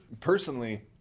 Personally